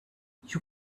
you